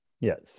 Yes